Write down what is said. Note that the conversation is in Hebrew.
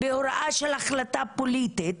הוראה של החלטה פוליטית,